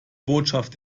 botschaft